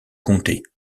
comté